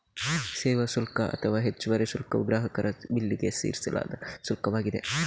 ಸೇವಾ ಶುಲ್ಕ ಅಥವಾ ಹೆಚ್ಚುವರಿ ಶುಲ್ಕವು ಗ್ರಾಹಕರ ಬಿಲ್ಲಿಗೆ ಸೇರಿಸಲಾದ ಶುಲ್ಕವಾಗಿದೆ